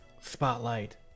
spotlight